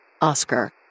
Oscar